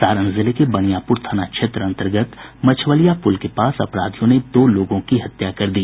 सारण जिले के बनियापुर थाना क्षेत्र अन्तर्गत मछवलिया पुल के पास अपराधियों ने दो लोगों की हत्या कर दी